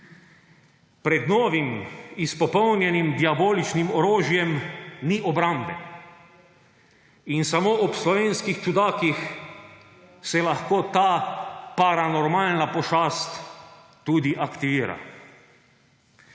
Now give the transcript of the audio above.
Pred novim izpopolnjenim diaboličnim orožjem ni obrambe in samo ob slovenskih čudakih se lahko ta paranormalna pošast tudi aktivira.